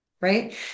Right